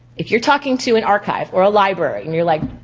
if you're talking to an archive or a library and you're like,